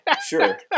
Sure